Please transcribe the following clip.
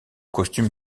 costumes